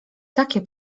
takie